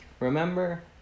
Remember